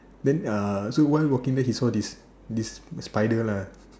then uh so while walking then he saw this this spider lah